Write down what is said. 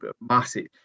massive